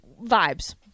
vibes